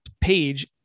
page